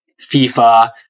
fifa